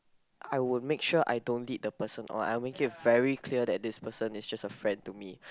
I would make sure I don't lead the person or I would make it very clear that this person is just a friend to me